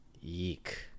Yeek